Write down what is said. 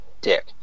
dick